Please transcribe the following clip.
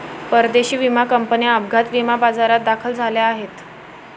परदेशी विमा कंपन्या अपघात विमा बाजारात दाखल झाल्या आहेत